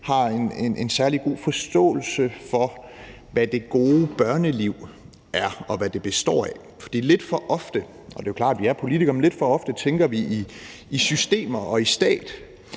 har en særlig god forståelse for, hvad det gode børneliv er, og hvad det består af. For lidt for ofte – og det er klart, for vi er politikere – tænker vi i systemer og i stat,